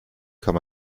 kann